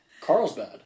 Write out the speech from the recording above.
Carlsbad